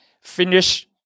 Finish